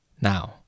Now